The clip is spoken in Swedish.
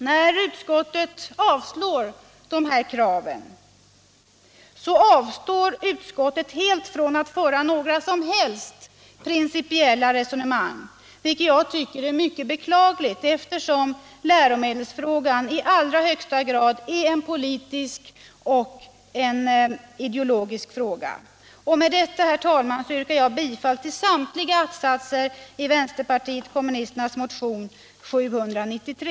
När utskottet avstyrker dessa krav så avstår det helt från att föra några som helt principiella resonemang. Det tycker jag är mycket beklagligt eftersom läromedelsfrågan i allra högsta grad är en politisk och ideologisk = Nr 84 fråga. Med detta, herr talman, yrkar jag bifall till samtliga att-satser i vpk:s motion 793.